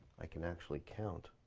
i can actually count.